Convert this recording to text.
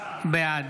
בעד